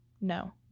No